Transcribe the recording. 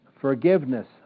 forgiveness